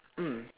mm